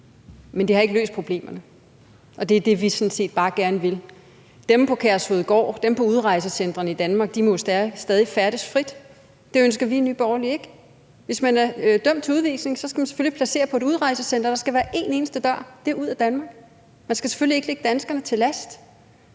Men det har ikke løst problemerne, og det er det, vi sådan set bare gerne vil. Dem på Kærshovedgård, dem på udrejsecentrene i Danmark må jo stadig færdes frit. Det ønsker vi i Nye Borgerlige ikke. Hvis man er dømt til udvisning, skal man selvfølgelig placeres på et udrejsecenter, der skal være en eneste dør, og det er den ud af Danmark. Man skal selvfølgelig ikke ligge danskerne til last.